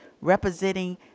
representing